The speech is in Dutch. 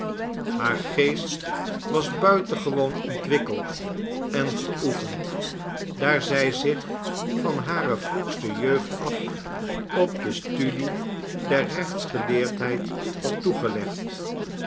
haar geest was buitengewoon ontwikkeld en geoefend daar zij zich van hare vroegste jeugd af op de studie der rechtsgeleerdheid had toegelegd